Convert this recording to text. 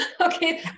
Okay